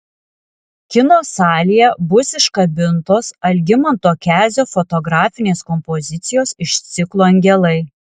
kino salėje bus iškabintos algimanto kezio fotografinės kompozicijos iš ciklo angelai